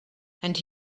and